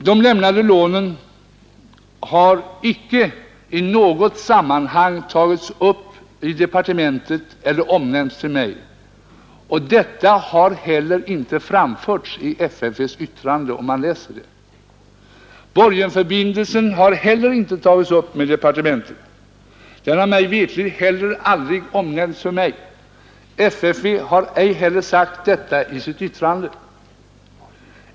De lämnade lånen har icke i något sammanhang tagits upp i departementet eller omnämnts för mig och har heller inte omnämnts i FFV: yttrande. Inte heller borgensförbindelsen har tagits upp med departementet. Den har mig veterligt heller aldrig omnämnts för mig. FFV har inte heller sagt detta i sitt yttrande.